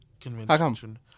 convention